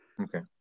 Okay